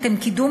זיהומים?